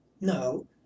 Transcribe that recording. No